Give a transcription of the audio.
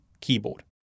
keyboard